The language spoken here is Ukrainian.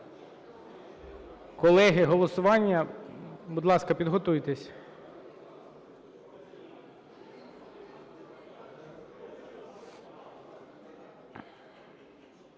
Колеги, голосування, будь ласка, підготуйтеся.